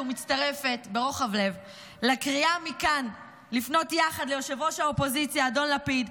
ומצטרפת ברוחב לב לקריאה מכאן לפנות יחד לראש האופוזיציה אדון לפיד,